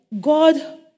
God